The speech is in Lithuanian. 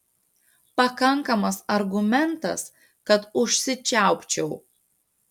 pakankamas argumentas kad užsičiaupčiau